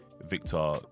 victor